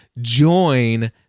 join